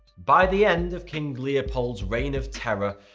by the end of king leopold's reign of terror,